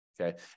Okay